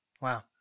Wow